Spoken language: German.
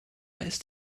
ist